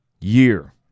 year